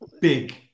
Big